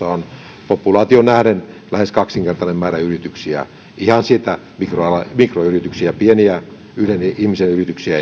on populaatioon nähden lähes kaksinkertainen määrä yrityksiä ihan mikroyrityksiä pieniä yhden ihmisen yrityksiä